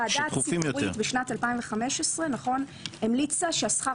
הוועדה הציבורית בשנת 2015 המליצה ששכר